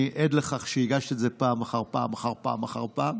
אני עד לכך שהגשת את זה פעם אחר פעם אחר פעם אחר פעם.